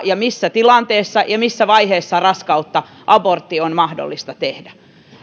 kenen ja missä tilanteessa ja missä vaiheessa raskautta abortti on mahdollista tehdä